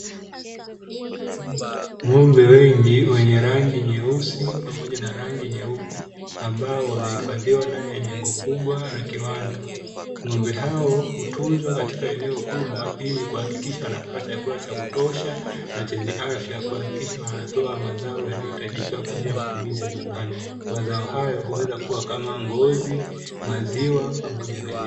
Ng'ombe wengi wenye rangi nyeusi pamoja na rangi nyeupe, ambao wamehifadhiwa ndani ya jengo kubwa la kiwanda. Ng'ombe hao hutunzwa katika eneo kubwa ili kuhakikisha wanapata chakula cha kutosha na chenye afya, kuhakikisha wanatoa mazao yanayohitajika kwa ajili ya matumizi ya viwandani. Mazao hayo huweza kuwa kama ngozi, maziwa pamoja na nyama.